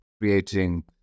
creating